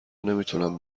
نمیتونم